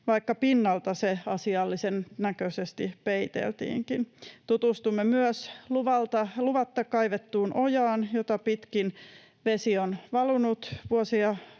vaikka pinnalta se asiallisen näköisesti peiteltiinkin. Tutustuimme myös luvatta kaivettuun ojaan, jota pitkin vesi on valunut vuosia